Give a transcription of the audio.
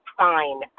fine